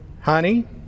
honey